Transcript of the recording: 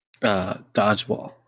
dodgeball